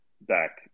back